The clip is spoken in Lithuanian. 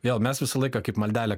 vėl mes visą laiką kaip maldelę